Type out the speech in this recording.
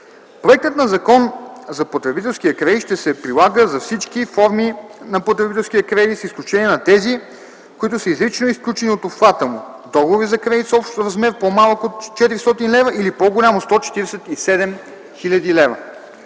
Проектът на Закон за потребителския кредит ще се прилага за всички форми на потребителския кредит с изключение на тези, които са изрично изключени от обхвата му – договори за кредит с общ размер по-малък от 400 лв. или по-голям от 147 хил. лв.,